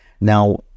Now